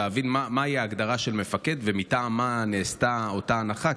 להבין מהי ההגדרה של מפקד ומטעם מה נעשתה אותה הנחה.